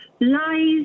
lies